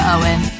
Owen